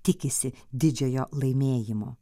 tikisi didžiojo laimėjimo